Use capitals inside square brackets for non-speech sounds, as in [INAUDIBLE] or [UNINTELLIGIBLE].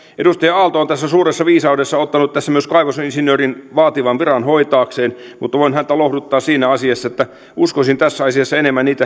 edustaja aalto on tässä suuressa viisaudessaan ottanut myös kaivosinsinöörin vaativan viran hoitaakseen mutta voin häntä lohduttaa siinä asiassa että uskoisin tässä asiassa enemmän niitä [UNINTELLIGIBLE]